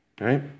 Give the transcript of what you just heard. right